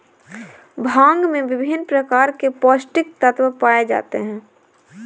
भांग में विभिन्न प्रकार के पौस्टिक तत्त्व पाए जाते हैं